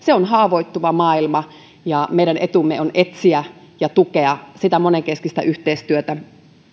haavoittuva maailma ja meidän etumme on etsiä ja tukea sitä monenkeskistä yhteistyötä